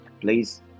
please